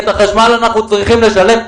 את החשמל אנחנו צריכים לשלם,